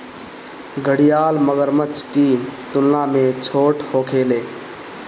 घड़ियाल मगरमच्छ की तुलना में छोट होखेले